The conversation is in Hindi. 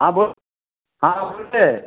हाँ हाँ मिलते हैं